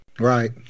Right